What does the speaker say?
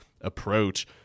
approach